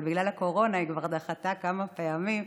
אבל בגלל הקורונה היא דחתה כבר כמה פעמים,